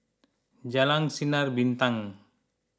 Jalan Sinar Bintang